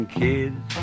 kids